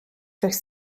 durch